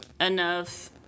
enough